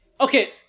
Okay